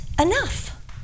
enough